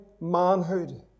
manhood